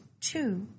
two